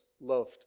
loved